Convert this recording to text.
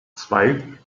zwei